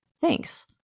Thanks